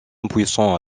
impuissants